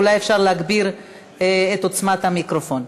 אולי אפשר להגביר את עוצמת המיקרופון.